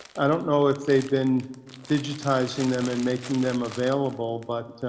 i don't know if they've been digitizing them and making them available but